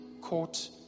caught